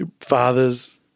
father's